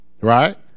right